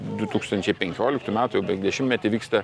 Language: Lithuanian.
du tūkstančiai penkioliktų metų jau beveik dešimtmetį vyksta